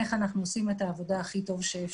איך אנחנו עושים את העבודה הכי טוב שאפשר.